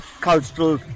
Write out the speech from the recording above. cultural